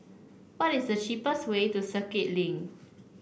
what is the cheapest way to Circuit Link